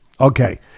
Okay